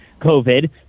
COVID